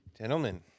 gentlemen